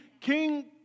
King